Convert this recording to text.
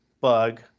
bug